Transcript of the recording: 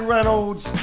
Reynolds